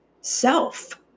self